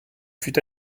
fut